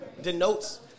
denotes